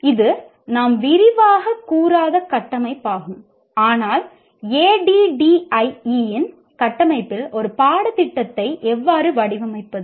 இது நாம் விரிவாகக் கூறாத கட்டமைப்பாகும் ஆனால் ADDIE இன் கட்டமைப்பில் ஒரு பாடத்திட்டத்தை எவ்வாறு வடிவமைப்பது